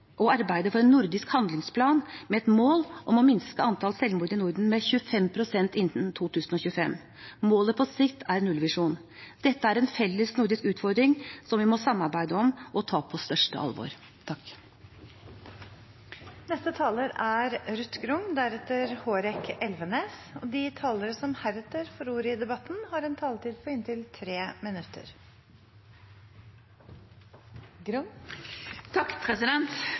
å arbeide for en nordisk handlingsplan med et mål om å minske antall selvmord i Norden med 25 pst. innen 2025. Målet på sikt er en nullvisjon. Dette er en felles nordisk utfordring vi må samarbeide om og ta på største alvor. De talere som heretter får ordet, har en taletid på inntil 3 minutter. I en tid med mye usikkerhet, som korona, klimaendringer, nedgang i